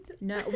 No